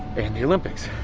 and the olympics